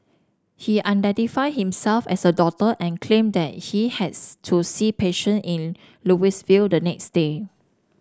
he identified himself as a doctor and claimed that he has to see patient in Louisville the next day